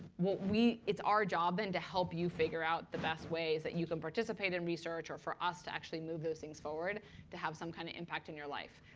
it's our job then to help you figure out the best ways that you can participate in research, or for us to actually move those things forward to have some kind of impact in your life.